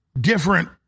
different